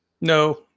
No